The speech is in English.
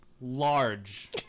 large